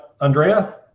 Andrea